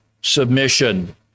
submission